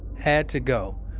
had to go,